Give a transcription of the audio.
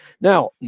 Now